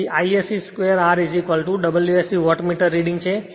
તેથી Isc 2 R W s c wattmeter reading છે